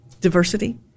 diversity